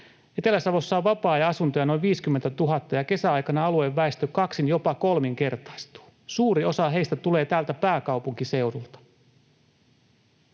Etelä-Savossa on vapaa-ajanasuntoja noin 50 000, ja kesäaikana alueen väestö kaksin-, jopa kolminkertaistuu. Suuri osa heistä tulee täältä pääkaupunkiseudulta.